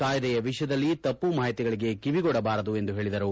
ಕಾಯ್ದೆಯ ವಿಷಯದಲ್ಲಿ ತಪ್ಪು ಮಾಹಿತಿಗಳಿಗೆ ಕಿಡಿಗೊಡಬಾರದು ಎಂದು ಹೇಳಿದರು